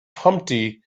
humpty